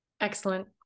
Excellent